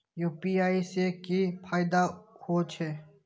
UPI से की फायदा हो छे?